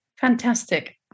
Fantastic